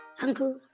Uncle